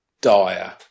dire